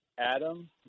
Adam